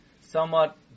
somewhat